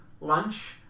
lunch